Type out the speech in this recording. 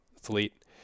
fleet